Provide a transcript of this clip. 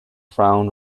frown